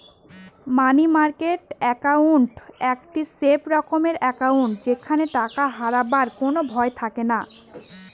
মানি market account একটি safe রকমের account যেখানে টাকা হারাবার কোনো ভয় থাকেনা